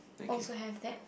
also have that